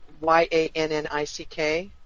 Y-A-N-N-I-C-K